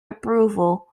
approval